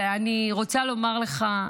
ואני רוצה לומר לך,